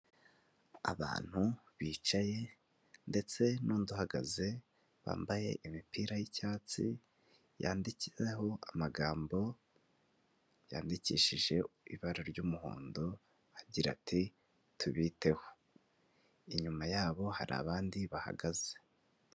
Abantu bicaye ndetse n'undi uhagaze bambaye imipira y'icyatsi yanditseho amagambo yandikishije ibara ry'umuhondo agira ati "tubiteho" inyuma yabo hari abandi bahagaze.